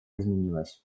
изменилось